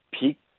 peak